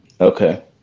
Okay